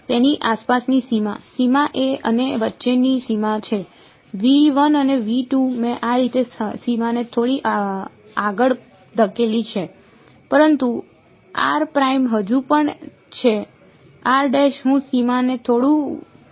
તેની આસપાસની સીમા સીમા એ અને વચ્ચેની સીમા છે અને મેં આ રીતે સીમાને થોડી આગળ ધકેલી છે પરંતુ આર પ્રાઇમ હજુ પણ છે હું સીમાને થોડો ખસેડી રહ્યો છું